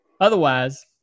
otherwise